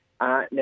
Now